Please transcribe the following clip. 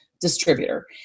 distributor